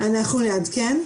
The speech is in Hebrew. אנחנו נעדכן.